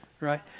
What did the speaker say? right